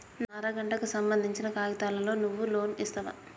నా అర గంటకు సంబందించిన కాగితాలతో నువ్వు లోన్ ఇస్తవా?